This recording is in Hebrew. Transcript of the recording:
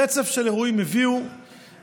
רצף של אירועים הביא לשואה.